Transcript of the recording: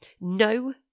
no